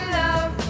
love